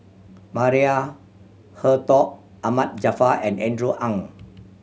Maria Hertogh Ahmad Jaafar and Andrew Ang